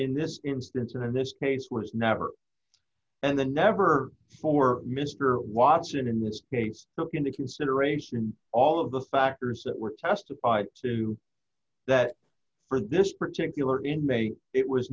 in this instance and in this case was never and the never for mr watson in this case took into consideration all of the factors that were testified to that for this particular in may it was